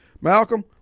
Malcolm